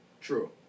True